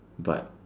but